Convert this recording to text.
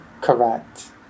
Correct